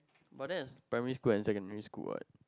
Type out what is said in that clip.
but then is primary school and secondary school what